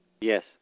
Yes